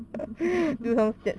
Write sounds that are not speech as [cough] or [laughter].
[laughs]